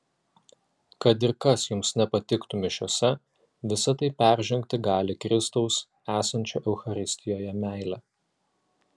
kad ir kas jums nepatiktų mišiose visa tai peržengti gali kristaus esančio eucharistijoje meilė